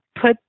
put